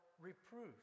reproof